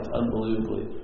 unbelievably